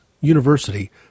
University